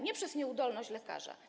Nie przez nieudolność lekarza.